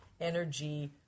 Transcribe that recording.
energy